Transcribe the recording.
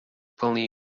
plný